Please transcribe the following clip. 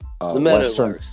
Western